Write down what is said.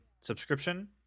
subscription